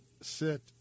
sit